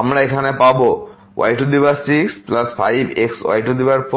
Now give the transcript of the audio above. আমরা এখানে পাব y65xy4xy23